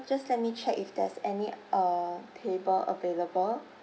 just let me check if there's any uh table available